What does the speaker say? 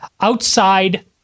outside